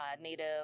Native